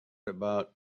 about